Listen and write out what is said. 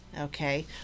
okay